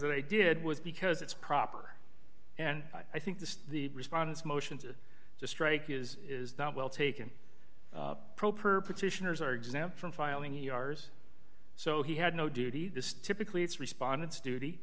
that i did was because it's proper and i think that the response motions to strike is is not well taken pro per petitioners are exempt from filing yars so he had no duty this typically it's respondants